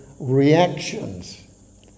reactions